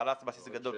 בהל"צ בסיס גדול,